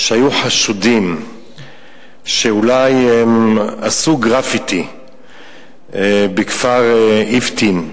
שהיו חשודים שאולי הם עשו גרפיטי בכפר אבטין,